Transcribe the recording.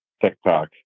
TikTok